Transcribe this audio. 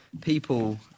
people